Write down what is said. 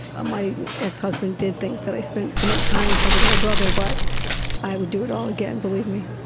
ah my ex-husband did think that i spent too much time helping my brother, but i would do it all again, believe me.